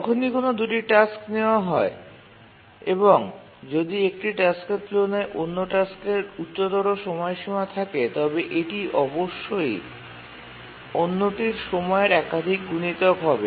যখনই কোন দুটি টাস্ক নেওয়া হয় এবং যদি একটি টাস্কের তুলনায় অন্য টাস্কের উচ্চতর সময়সীমা থাকে তবে এটি অবশ্যই অন্যটির সময়ের একাধিক গুনিতক হবে